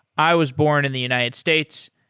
i was born in the united states.